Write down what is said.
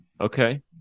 okay